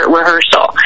rehearsal